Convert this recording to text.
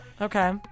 okay